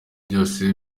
byose